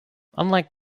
unlike